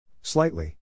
Slightly